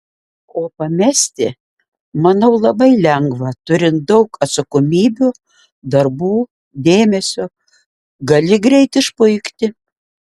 o pamesti manau labai lengva turint daug atsakomybių darbų dėmesio gali greit išpuikti